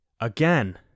again